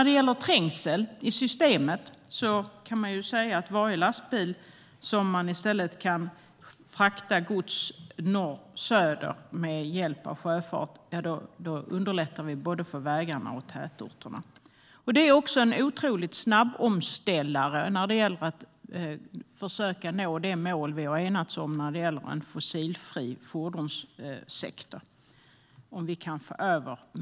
Beträffande trängsel i systemet innebär lasten i varje lastbil som man i stället kan frakta med hjälp av sjöfart att man underlättar för både vägarna och tätorterna. Om vi kan föra över mer gods till sjön är det också en otroligt snabb omställare för att vi ska nå det mål som vi har enats om - en fossilfri fordonssektor.